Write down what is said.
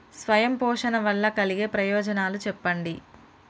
స్వయం పోషణ వల్ల కలిగే ప్రయోజనాలు చెప్పండి?